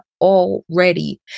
already